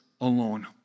alone